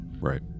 right